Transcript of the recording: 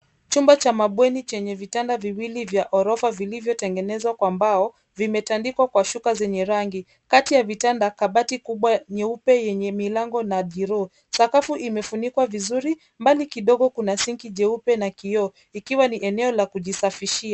Chumba cha mabweni chenye vitanda viwili vya ghorofa vilivyotengenezwa kwa mbao, vimetandikwa kwa shuka zenye rangi. Kati ya vitanda ,kabati kubwa nyeupe yenye milango na draw .Sakafu imefunikwa vizuri. Mbali kidogo kuna sinki jeupe na kioo ikiwa ni eneo la kujisafishia.